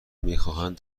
میخواهند